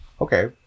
Okay